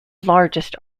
largest